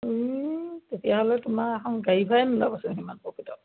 এই তেতিয়াহ'লে তোমাৰ এখন গাড়ী ভাড়াই নোলাবচোন সিমান প্ৰফিটত